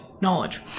knowledge